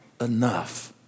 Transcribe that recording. enough